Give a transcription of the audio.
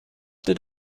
did